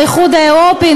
האיחוד האירופי,